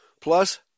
plus